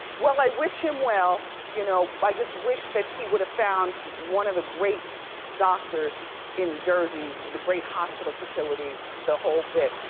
well, i wish him well. you know i just wish that he woulda found one of the great doctors in jersey, the great hospital facilities, the whole bit.